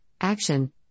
action